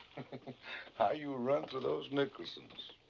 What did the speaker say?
like like how you run to those nicholsons.